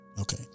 okay